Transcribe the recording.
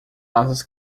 asas